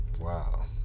wow